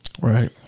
Right